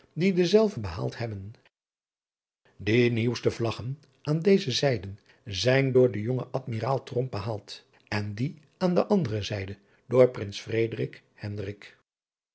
die dezelve behaald hebben ie nieuwste vlaggen aan deze zijde zijn door den jongen dmiraal behaald en die aan de andere zijde door rins